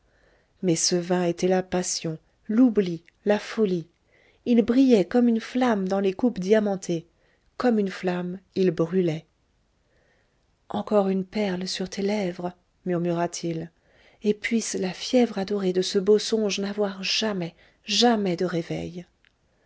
mais ce vin était la passion l'oubli la folie il brillait comme une flamme dans les coupes diamantées comme une flamme il brûlait encore une perle sur tes lèvres murmura-t-il et puisse la fièvre adorée de ce beau songe n'avoir jamais jamais de réveil